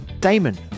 Damon